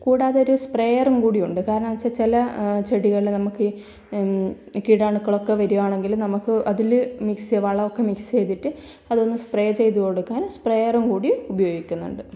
കൂടാതെ ഒരു സ്പ്രേയറും കൂടിയുണ്ട് കാരണം എന്ന് വച്ചാൽ ചില ചെടികൾ നമുക്ക് കീടാണുക്കളൊക്കെ വരികയാണെങ്കിൽ നമുക്ക് അതിൽ മിക്സ് വളമൊക്കെ മിക്സ് ചെയ്തിട്ട് അതൊന്ന് സ്പ്രേ ചെയ്തു കൊടുക്കാൻ സ്പ്രേയറും കൂടി ഉപയോഗിക്കുന്നുണ്ട്